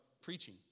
preaching